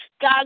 God